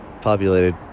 populated